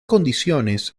condiciones